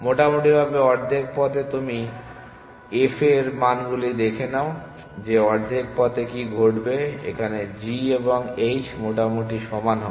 মোটামুটিভাবে অর্ধেক পথে তুমি f এর মানগুলি দেখে নাও যে অর্ধেক পথে কী ঘটবে এখানে g এবং h মোটামুটি সমান হবে